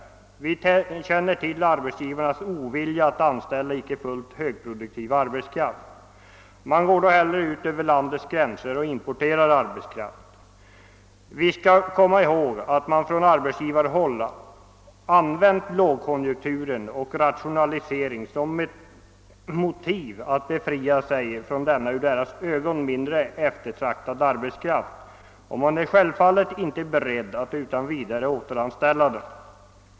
Vi känner till arbetsgivarnas ovilja att anställa icke fullt högproduktiv arbetskraft; de går hellre ut över landets gränser och importerar arbetskraft. Vi skall komma ihåg att man från arbetsgivarhåll använt lågkonjunktur och rationalisering som motiv för att befria sig från denna i arbetsgivarögon mindre eftertraktade arbetskraft, och man är självfallet inte beredd att utan vidare återanställa den.